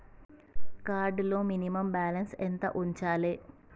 Card లో minimum balance ఎంత ఉంచాలే?